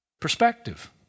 Perspective